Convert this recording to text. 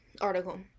article